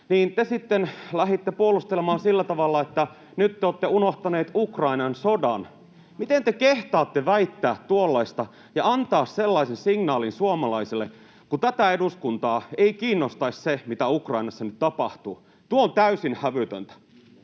niin te sitten lähditte puolustelemaan sillä tavalla, että nyt te olette unohtaneet Ukrainan sodan. Miten te kehtaatte väittää tuollaista ja antaa sellaisen signaalin suomalaisille kuin tätä eduskuntaa ei kiinnostaisi se, mitä Ukrainassa nyt tapahtuu? Tuo on täysin hävytöntä.